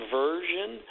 version